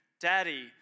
daddy